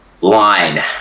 line